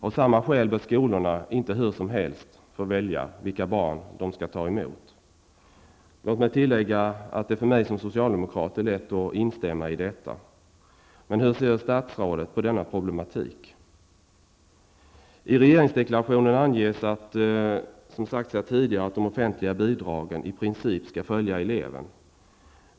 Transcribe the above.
Av samma skäl bör skolorna inte hur som helst få välja vilka barn de ska ta emot.'' Låt mig tillägga att det för mig som socialdemokrat är lätt att instämma i detta. Hur ser statsrådet på denna problematik? I regeringsdeklarationen anges, som sagts här tidigare, att de offentliga bidragen i princip skall följa eleven.